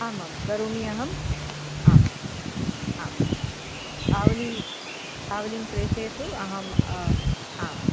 आमां करोमि अहम् आम् आम् आवली आवलीं प्रेषयतु अहम् आमां